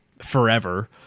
forever